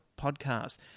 podcast